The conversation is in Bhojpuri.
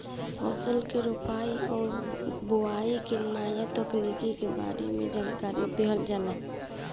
फसल के रोपाई और बोआई के नया तकनीकी के बारे में जानकारी देहल जाला